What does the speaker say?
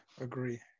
Agree